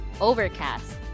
Overcast